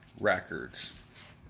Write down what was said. records